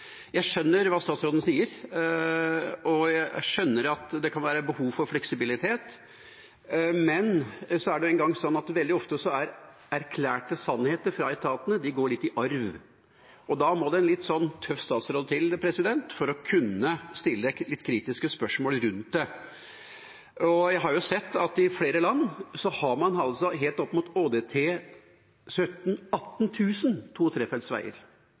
Jeg skjønner hva statsråden sier, og jeg skjønner at det kan være behov for fleksibilitet, men det er nå engang sånn at veldig ofte går erklærte sannheter fra etatene litt i arv, og da må det en litt tøff statsråd til for å kunne stille litt kritiske spørsmål om det. Jeg har sett at i flere land har man helt opp mot ÅDT 17 000–18 000 på to- og trefeltsveier,